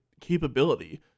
capability